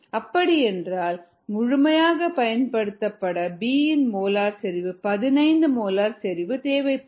அப்படி என்றால் முழுமையாக பயன்படுத்தப்பட B இன் மோலார் செறிவு 15 மோலார் செறிவு தேவைப்படும்